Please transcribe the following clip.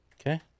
Okay